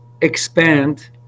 expand